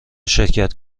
شرکت